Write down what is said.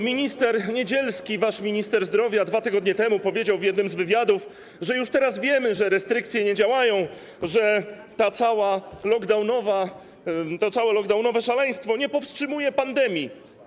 Minister Niedzielski, wasz minister zdrowia 2 tygodnie temu powiedział w jednym z wywiadów, że już teraz wiemy, że restrykcję nie działają, że to całe lockdownowe szaleństwo nie powstrzymuje pandemii.